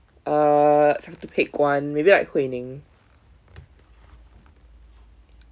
uh have to pick one maybe like huining